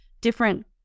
different